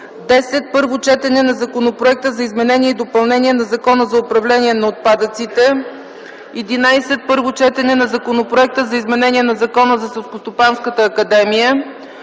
10. Първо четене на законопроекта за изменение и допълнение на Закона за управление на отпадъците. 11. Първо четене на законопроекта за изменение на Закона за Селскостопанската академия.